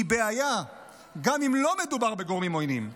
היא בעיה גם אם לא מדובר בגורמים עוינים.